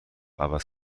عوض